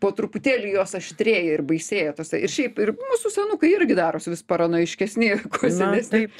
po truputėlį jos aštrėja ir baisėja tose ir šiaip ir mūsų senukai irgi darosi vis paranojiškesni kuo senesni